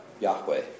Yahweh